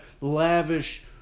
lavish